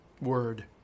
word